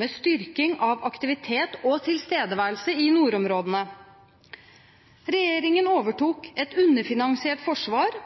med styrking av aktivitet og tilstedeværelse i nordområdene. Regjeringen overtok et underfinansiert forsvar